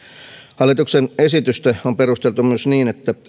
hallituksen esitystä on perusteltu myös niin että